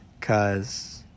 cause